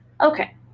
Okay